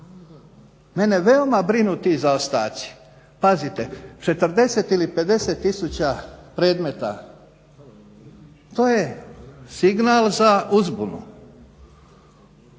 Mene veoma brinu ti zaostaci. Pazite 40 ili 50000 predmeta to je signal za uzbunu.